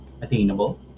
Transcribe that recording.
attainable